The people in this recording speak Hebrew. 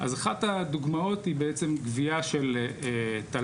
אז אחת הדוגמאות היא בעצם גבייה של תל"ן.